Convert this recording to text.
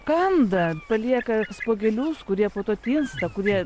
kam dar palieka spuogelius kurie po to tinsta kurie